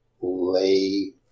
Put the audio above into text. lay